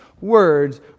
words